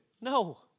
No